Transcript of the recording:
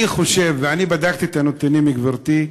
אני חושב, ואני בדקתי את הנתונים, גברתי,